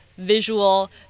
visual